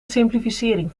simplificering